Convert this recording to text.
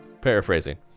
Paraphrasing